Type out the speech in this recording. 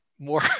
more